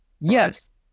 Yes